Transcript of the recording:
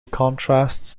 contrasts